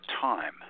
time